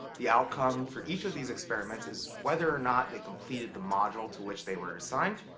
the outcome for each of these experiments is whether or not they completed the module to which they were assigned.